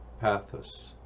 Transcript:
pathos